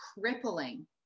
crippling